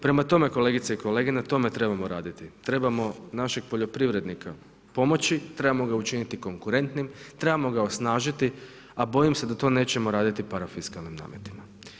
Prema tome, kolegice i kolege na tome trebamo raditi, trebamo našeg poljoprivrednika pomoći, trebamo ga učiniti konkurentnim, trebamo ga osnažiti, a bojim se da to nećemo raditi parafiskalnim nametima.